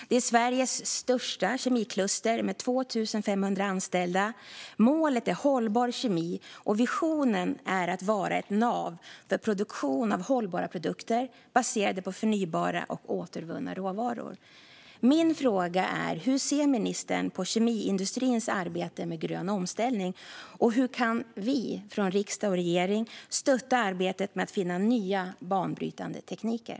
Det är med 2 500 anställda Sveriges största kemikluster. Målet är hållbar kemi, och visionen är att vara ett nav för produktion av hållbara produkter baserade på förnybara och återvunna råvaror. Min fråga är: Hur ser ministern på kemiindustrins arbete med grön omställning, och hur kan vi från riksdag och regering stötta arbetet med att finna nya banbrytande tekniker?